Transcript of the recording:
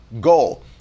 goal